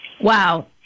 Wow